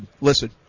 listen